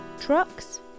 Trucks